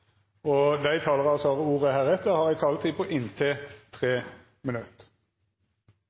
omme. De talere som heretter får ordet, har en taletid på inntil 3 minutter.